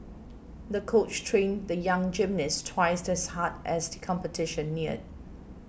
the coach trained the young gymnast twice as hard as the competition neared